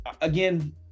again